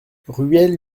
ruelle